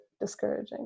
discouraging